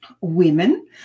women